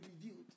revealed